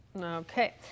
Okay